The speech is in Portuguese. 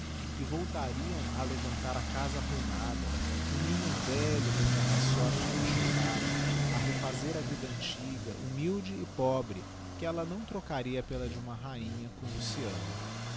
e voltariam a levantar a casa arruinada o ninho velho d'onde a má sorte os enxotara a refazer a vida antiga humilde e pobre que ella não trocaria pela de uma rainha com luciano